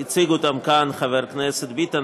והציג אותם כאן חבר הכנסת ביטן,